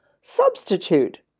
substitute